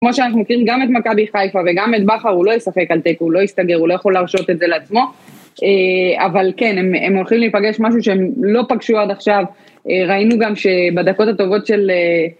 כמו שאנחנו מכירים גם את מכבי חיפה וגם את בכר, הוא לא ישחק על תיקו, הוא לא יסתגר, הוא לא יכול להרשות את זה לעצמו. אבל כן, הם הולכים להיפגש משהו שהם לא פגשו עד עכשיו. ראינו גם שבדקות הטובות של...